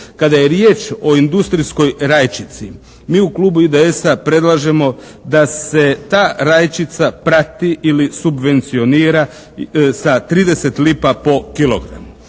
Kada je riječ o industrijskoj rajčici, mi u Klubu IDS-a predlažemo da se ta rajčica prati ili subvencionira sa 30 lipa po kilogramu.